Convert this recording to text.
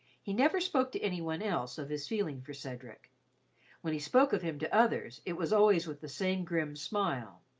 he never spoke to any one else of his feeling for cedric when he spoke of him to others it was always with the same grim smile.